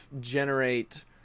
generate